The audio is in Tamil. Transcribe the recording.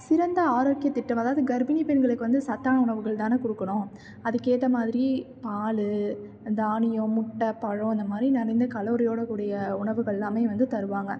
சிறந்த ஆரோக்கியத் திட்டம் அதாவது கர்ப்பிணிப் பெண்களுக்கு வந்து சத்தான உணவுகள் தானே கொடுக்கணும் அதுக்கு ஏற்ற மாதிரி பால் தானியம் முட்டை பழம் இந்த மாதிரி நிறைந்த கலோரியோடு கூடிய உணவுகள்லாமே வந்து தருவாங்க